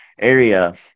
area